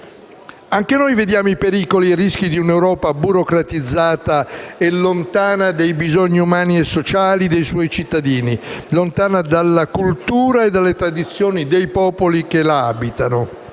Anche noi vediamo i pericoli e i rischi di un'Europa burocratizzata e lontana dai bisogni umani e sociali dei suoi cittadini, lontana dalla cultura e dalle tradizioni dei popoli che la abitano.